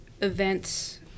events